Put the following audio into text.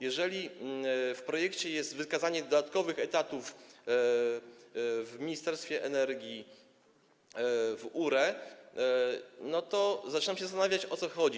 Jeżeli w projekcie jest wykazanie dodatkowych etatów w Ministerstwie Energii, w URE, to zaczynam się zastanawiać, o co chodzi.